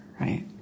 right